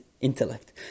intellect